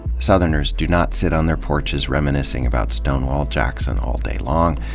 southerners do not sit on their porches reminiscing about stonewall jackson all day long,